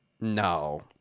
No